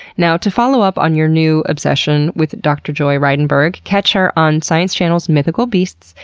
now, to follow up on your new obsession with dr. joy reidenberg, catch her on science channel's mythical beasts.